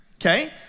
Okay